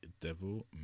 Devil